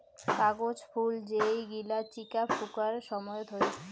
কাগজ ফুল যেই গিলা চিকা ফুঁকার সময়ত হই